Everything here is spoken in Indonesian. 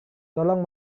tolong